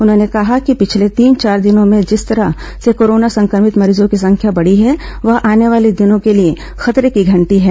उन्होंने कहा कि पिछले तीन चार दिनों में जिस तरह से कोरोना संक्रमित मरीजों की संख्या बढ़ी है वह आने वाले दिनों के लिए खतरे की घंटी है